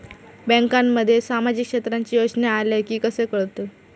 बँकांमध्ये सामाजिक क्षेत्रांच्या योजना आल्या की कसे कळतत?